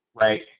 right